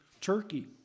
Turkey